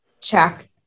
check